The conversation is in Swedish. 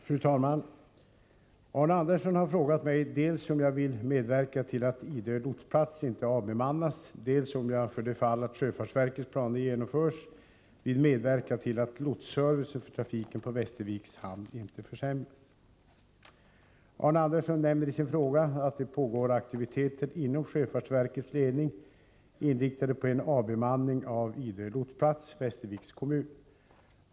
Fru talman! Arne Anderssson i Gamleby har frågat mig dels om jag vill medverka till att Idö lotsplats inte avbemannas, dels om jag, för det fall att sjöfartsverkets planer genomförs, vill medverka till att lotsservicen för trafiken på Västerviks hamn inte försämras. Arne Andersson nämner i sin fråga att det pågår aktiviteter inom sjöfartsverkets ledning inriktade på en avbemanning av Idö lotsplats, Västerviks kommun.